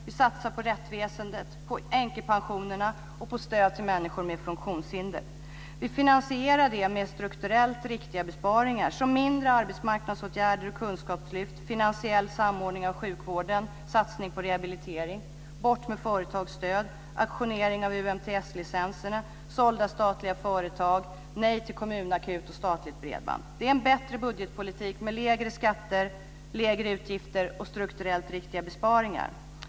Vi satsar på rättsväsendet, änkepensionerna och stöd till människor med funktionshinder. Vi finansierar det med strukturellt riktiga besparingar. Det är mindre arbetsmarknadsåtgärder och kunskapslyft, finansiell samordning av sjukvården och satsning på rehabilitering, bort med företagsstöd, auktionering av UNTS-licenserna, sålda statliga företag och nej till kommunakut och statligt bredband. Det är en bättre budgetpolitik med lägre skatter, lägre utgifter och strukturellt riktiga besparingar.